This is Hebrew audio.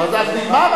עוד לא,